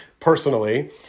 Personally